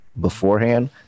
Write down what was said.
beforehand